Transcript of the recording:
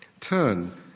turn